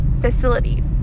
facility